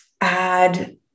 add